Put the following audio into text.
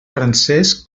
francesc